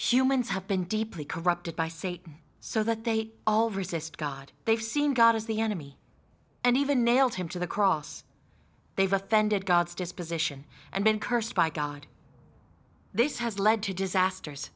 humans have been deeply corrupted by satan so that they all resist god they've seen god as the enemy and even nailed him to the cross they've offended god's disposition and been cursed by god this has led to disasters